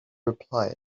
reply